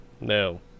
No